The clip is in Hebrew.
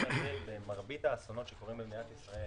הזה במרבית האסונות שקורים במדינת ישראל